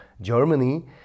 Germany